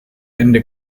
ende